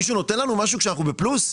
מישהו נותן לנו משהו כשאנחנו בפלוס?